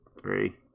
three